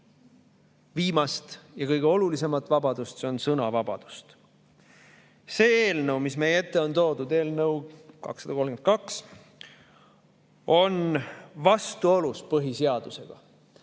viimast ja kõige olulisemat vabadust – sõnavabadust. See eelnõu, mis on meie ette toodud, eelnõu 232, on vastuolus põhiseadusega.